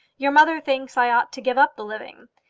your mother thinks i ought to give up the living.